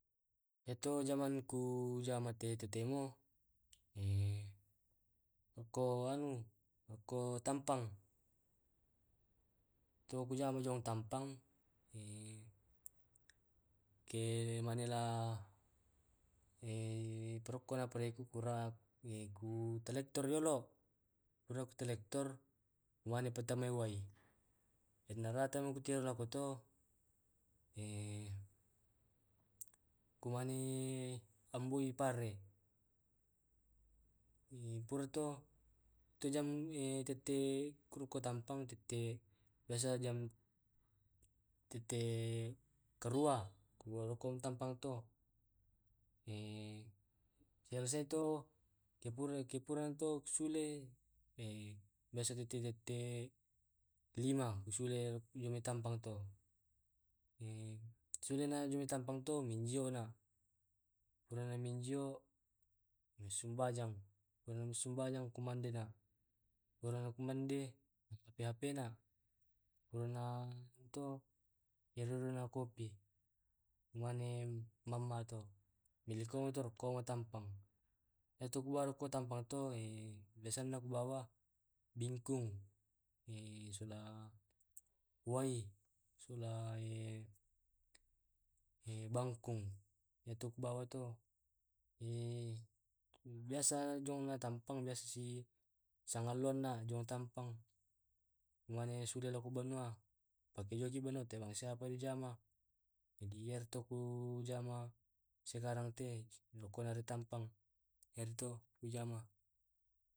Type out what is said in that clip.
Iya to jaman ku jam ate te temo angko anu angko tampang to jong ku jama tong tampang ke manela eh parokkona pareku kura ku telektor yollo pura ku telektor kuna patamai wai den ratami kutiro kioloku to ku mane amboe pare pura to tojang tete ko ro kotampang tete biasa jam tette karua pra to mu tampang to sialisi to ki pura ki pura tok sule biasa tette tette, lima ku sule lima tampang to, sule na jomi tampang to menjiona purana menjio ko sumbajang, pura sumbajang ko mandena. Purana ku mande ma hp hp na, ongan to eru eruna kopi mane mamma to melli ko motoro ko ma tampang. Eto guare ko tampang to biasanna ku bawa bingkung sula wai, sula eh bangkong. Etu ku bawa to biasa jong ngatampang biasa si sangalloanna jong tampang mane sudaka lao banua pake loji banua to massapel de jama. Ediyarto ku jama sekarang te lao kona de tampang eritu ku jama.